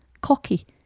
cocky